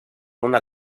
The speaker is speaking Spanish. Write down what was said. una